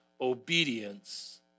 obedience